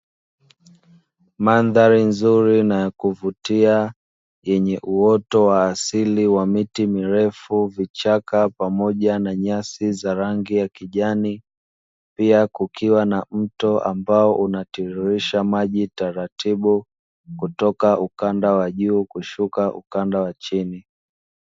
Mandhari nzuri na ya kuvutia yenye uoto wa asili wa miti mirefu, vichaka, pamoja na nyasi za rangi ya kijani. Pia kukiwa na mto ambao unatiririsha maji taratibu kutoka ukanda wa juu kushuka ukanda wa chini.